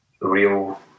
real